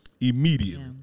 immediately